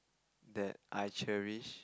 that I cherish